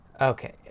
Okay